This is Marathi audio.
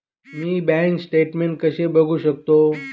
मी बँक स्टेटमेन्ट कसे बघू शकतो?